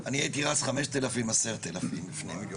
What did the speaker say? אני הייתי רץ חמשת אלפים-עשרת אלפים מטר.